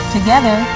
Together